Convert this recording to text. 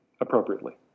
appropriately